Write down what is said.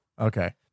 Okay